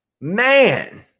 Man